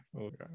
okay